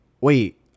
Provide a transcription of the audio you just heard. wait